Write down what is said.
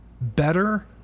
better